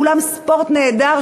אולם ספורט נהדר,